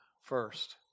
first